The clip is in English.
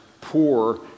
poor